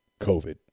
COVID